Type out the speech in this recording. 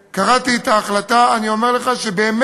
וכשקראתי את ההחלטה, אני אומר לך שבאמת